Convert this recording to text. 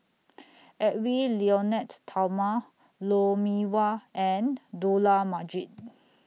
Edwy Lyonet Talma Lou Mee Wah and Dollah Majid